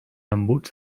embuts